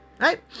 right